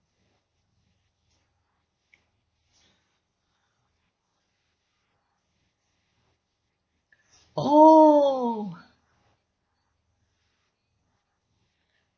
oo